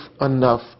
enough